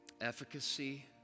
efficacy